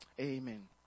amen